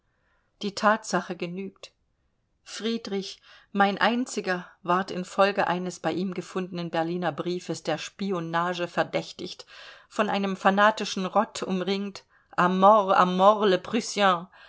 die thatsache genügt friedrich mein einziger ward infolge eines bei ihm gefundenen berliner briefes der spionage verdächtigt von einer fanatischen rotte umringt mort mort